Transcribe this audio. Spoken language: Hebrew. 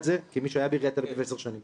זה כמי שהיה בעיריית תל אביב עשר שנים